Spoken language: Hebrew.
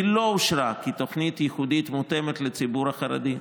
היא לא אושרה כתוכנית ייחודית מותאמת לציבור החרדי,